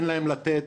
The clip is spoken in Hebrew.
אין להם לתת.